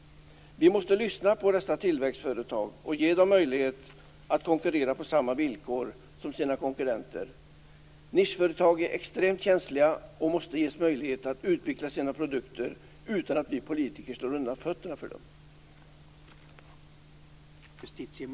Vi måste lyssna på dessa tillväxtföretag och ge dem möjlighet att konkurrera på samma villkor som konkurrenterna. Nischföretag är extremt känsliga, och måste ges möjlighet att utveckla sina produkter utan att vi politiker slår undan fötterna för dem.